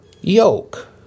yoke